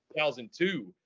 2002